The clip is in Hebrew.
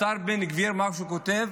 והשר בן גביר, מה הוא כותב?